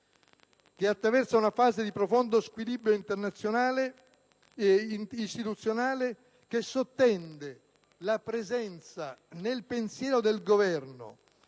che attraversa una fase di profondo squilibrio istituzionale, sottende la presenza nel pensiero del Governo